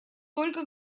только